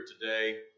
today